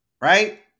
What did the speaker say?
right